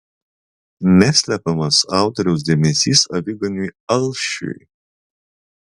neslepiamas autoriaus dėmesys aviganiui alšiui